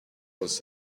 was